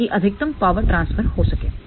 ताकि अधिकतम power transfer हो सके